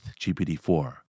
GPT-4